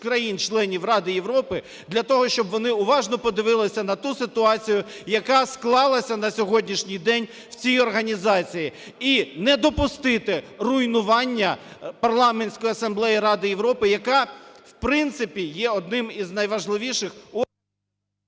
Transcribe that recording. країн-членів Ради Європи для того, щоб вони уважно подивилися на ту ситуацію, яка склалася на сьогоднішній день в цій організації, і не допустити руйнування Парламентської асамблеї Ради Європи, яка, в принципі, є одним із найважливіших… ГОЛОВУЮЧИЙ.